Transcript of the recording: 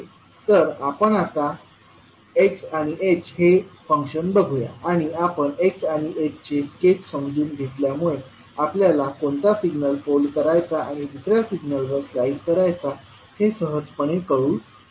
तर आपण आता x आणि h हे फंक्शन्स बघूया आणि आपण x आणि h चे स्केच समजून घेतल्यामुळे आपल्याला कोणता सिग्नल फोल्ड करायचा आणि दुसर्या सिग्नलवर स्लाईड करायचं हे सहजपणे कळू शकते